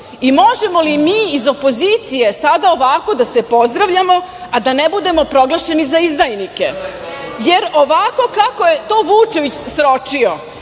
i možemo li mi iz opozicije sada ovako da se pozdravljamo, a da ne budemo proglašeni za izdajnike? Ovako kako je to Vučević sročio,